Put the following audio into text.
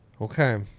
Okay